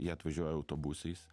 jie atvažiuoja autobusais